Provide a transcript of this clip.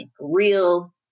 real